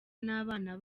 n’abana